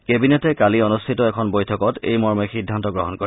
কেবিনেটে কালি অনুষ্ঠিত এখন বৈঠকত এই মৰ্মে সিদ্ধান্ত গ্ৰহণ কৰে